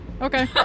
Okay